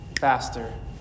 faster